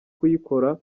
kuyikora